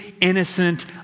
innocent